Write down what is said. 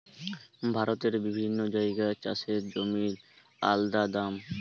ভারতের বিভিন্ন জাগায় চাষের জমির আলদা দাম